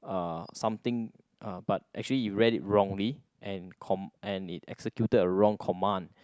uh something uh but actually it read it wrongly and com~ and it executed a wrong command